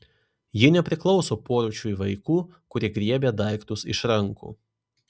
ji nepriklauso porūšiui vaikų kurie griebia daiktus iš rankų